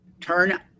turn